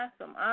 awesome